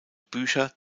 bücher